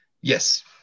Yes